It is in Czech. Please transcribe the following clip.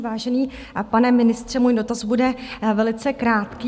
Vážený pane ministře, můj dotaz bude velice krátký.